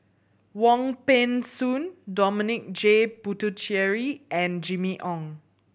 Wong Peng Soon Dominic J Puthucheary and Jimmy Ong